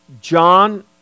John